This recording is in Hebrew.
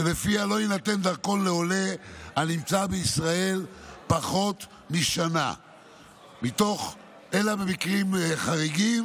שלפיה לא יינתן דרכון לעולה הנמצא בישראל פחות משנה אלא במקרים חריגים,